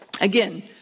Again